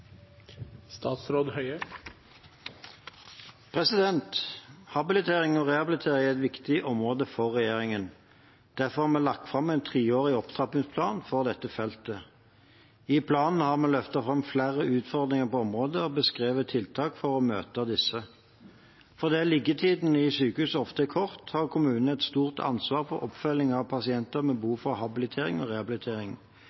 viktig område for regjeringen. Derfor har vi lagt fram en treårig opptrappingsplan for dette feltet. I planen har vi løftet fram flere utfordringer på området og beskrevet tiltak for å møte disse. Fordi liggetiden i sykehus ofte er kort, har kommunene et stort ansvar for oppfølging av pasienter med